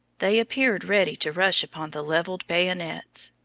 they appeared ready to rush upon the levelled bayonets.